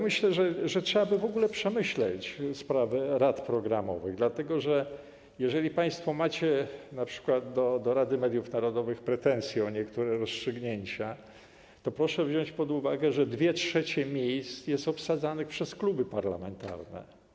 Myślę, że trzeba by w ogóle przemyśleć sprawę rad programowych, dlatego że jeżeli państwo macie np. do Rady Mediów Narodowych pretensje o niektóre rozstrzygnięcia, to proszę wziąć pod uwagę, że 2/3 miejsc jest obsadzanych przez kluby parlamentarne.